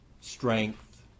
strength